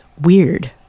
weird